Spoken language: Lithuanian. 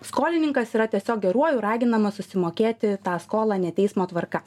skolininkas yra tiesiog geruoju raginamas susimokėti tą skolą ne teismo tvarka